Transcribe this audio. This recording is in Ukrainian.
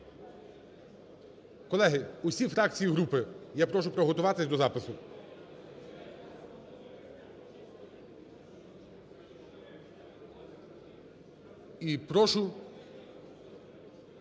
колеги, усі фракції і групи я прошу приготуватись до запису. І прошу